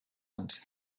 and